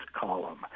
column